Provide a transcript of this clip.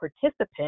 participant